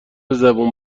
زبون